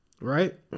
Right